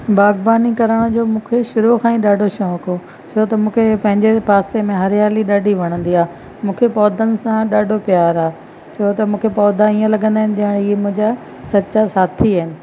बागबानी करण जो मूंखे शुरूअ खां ई ॾाढो शौक़ु हो छो त मूंखे पंहिंजे पासे में हरियाली ॾाढी वणंदी आहे मूंखे पौधनि सां ॾाढो प्यार आहे छो त मूंखे पौधा ईअं लॻंदा आहिनि ॼण इहा मुंहिंजा सच्चा साथी आहिनि